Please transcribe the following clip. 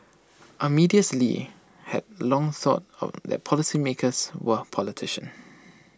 Amadeus lee had long thought that policymakers were politicians